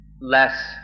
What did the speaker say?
less